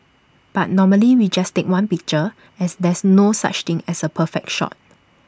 but normally we just take one picture as there's no such thing as A perfect shot